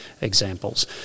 examples